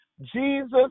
Jesus